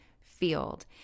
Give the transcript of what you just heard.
field